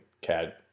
CAD